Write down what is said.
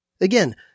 Again